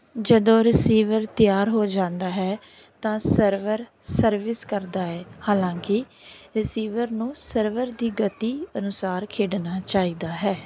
ਜਦੋਂ ਰਿਸੀਵਰ ਤਿਆਰ ਹੋ ਜਾਂਦਾ ਹੈ ਤਾਂ ਸਰਵਰ ਸਰਵਿਸ ਕਰਦਾ ਹੈ ਹਾਲਾਂਕਿ ਰਿਸੀਵਰ ਨੂੰ ਸਰਵਰ ਦੀ ਗਤੀ ਅਨੁਸਾਰ ਖੇਡਣਾ ਚਾਹੀਦਾ ਹੈ